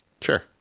Sure